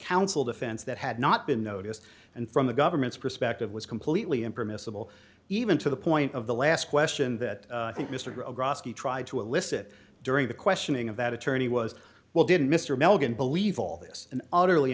counsel defense that had not been noticed and from the government's perspective was completely impermissible even to the point of the last question that i think mr tried to elicit during the questioning of that attorney was well did mr milligan believe all this an utterly